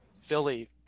Philly